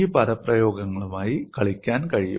ഈ പദപ്രയോഗങ്ങളുമായി കളിക്കാൻ കഴിയും